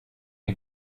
you